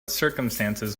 circumstances